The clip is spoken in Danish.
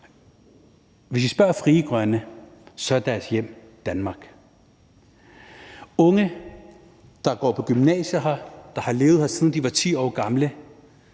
Hvis I spørger Frie Grønne, er deres hjem Danmark. Unge, der går i gymnasiet her, og som har levet her, siden de var 10 år gamle,